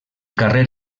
carrer